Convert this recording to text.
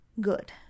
Good